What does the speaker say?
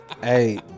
Hey